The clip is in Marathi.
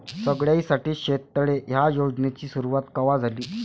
सगळ्याइसाठी शेततळे ह्या योजनेची सुरुवात कवा झाली?